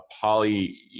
poly